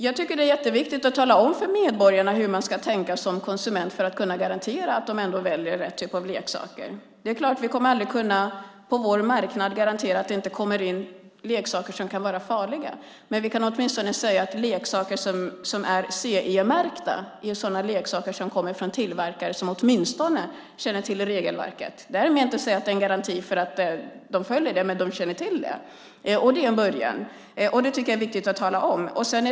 Jag tycker att det är jätteviktigt att tala om för medborgarna hur man ska tänka som konsument för att kunna garantera att man väljer rätt typ av leksaker. Det är klart att vi aldrig kommer att kunna garantera att det inte kommer in leksaker på vår marknad som kan vara farliga, men vi kan i alla fall säga att leksaker som är CE-märkta är sådana leksaker som kommer från tillverkare som åtminstone känner till regelverket. Därmed säger jag inte att det är en garanti för att de följer det men de känner till det, och det är en början. Det tycker jag är viktigt att tala om.